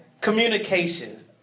Communication